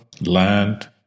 land